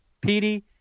Petey